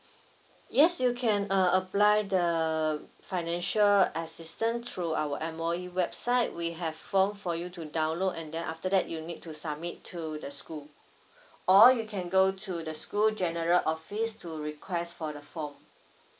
yes you can uh apply the financial assistant through our M_O_E website we have form for you to download and then after that you need to submit to the school or you can go to the school general office to request for the form